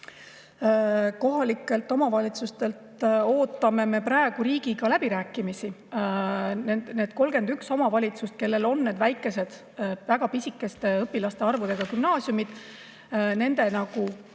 Kohalikelt omavalitsustelt ootame praegu riigiga läbirääkimisi. Need 31 omavalitsust, kellel on need väikesed, väga pisikese õpilaste arvuga gümnaasiumid, [nendega